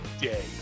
day